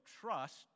trust